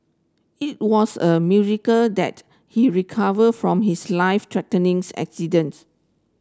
it was a miracle that he recovered from his life threatening accidents